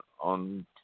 on